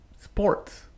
sports